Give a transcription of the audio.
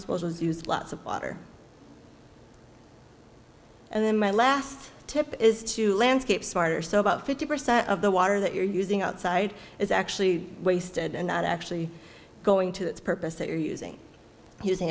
used lots of water and then my last tip is to landscape smarter so about fifty percent of the water that you're using outside is actually wasted and not actually going to it's purpose that you're using using